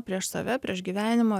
prieš save prieš gyvenimą